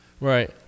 Right